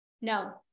No